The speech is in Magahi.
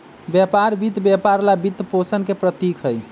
व्यापार वित्त व्यापार ला वित्तपोषण के प्रतीक हई,